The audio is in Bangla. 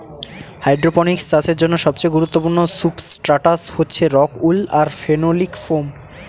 হাইড্রপনিক্স চাষের জন্য সবচেয়ে গুরুত্বপূর্ণ সুবস্ট্রাটাস হচ্ছে রক উল আর ফেনোলিক ফোম